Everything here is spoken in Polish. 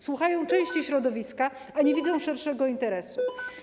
Słuchają części środowiska, a nie widzą szerszego interesu.